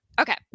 okay